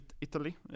Italy